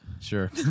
Sure